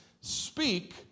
speak